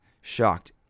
shocked